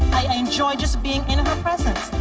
i enjoyed just being in her presence.